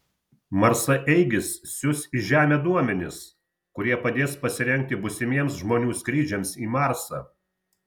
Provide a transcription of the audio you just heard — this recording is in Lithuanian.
marsaeigis siųs į žemę duomenis kurie padės pasirengti būsimiems žmonių skrydžiams į marsą